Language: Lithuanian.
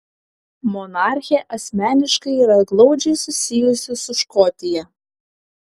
monarchė asmeniškai yra glaudžiai susijusi su škotija